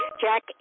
Jack